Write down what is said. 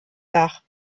dach